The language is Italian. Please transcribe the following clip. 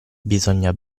bisogna